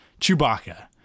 Chewbacca